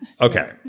Okay